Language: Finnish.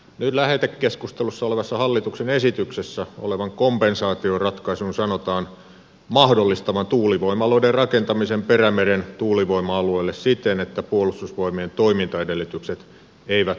nyt lähetekeskustelussa olevassa hallituksen esityksessä olevan kompensaatioratkaisun sanotaan mahdollistavan tuulivoimaloiden rakentamisen perämeren tuulivoima alueelle siten että puolustusvoimien toimintaedellytykset eivät häiriinny